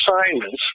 assignments